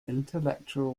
intellectual